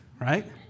right